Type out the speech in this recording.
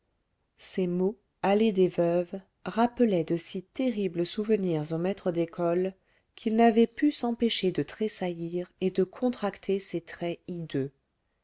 ces mots allée des veuves rappelaient de si terribles souvenirs au maître d'école qu'il n'avait pu s'empêcher de tressaillir et de contracter ses traits hideux